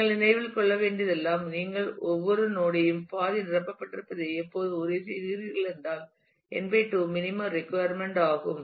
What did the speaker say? நீங்கள் நினைவில் கொள்ள வேண்டியதெல்லாம் நீங்கள் ஒவ்வொரு நோட் ஐயும் பாதி நிரப்பப்பட்டிருப்பதை எப்போதும் உறுதிசெய்கிறீர்கள் ஏனென்றால் n 2 மினிமம் ரிக்குயர்மென்ட் ஆகும்